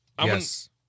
Yes